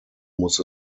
muss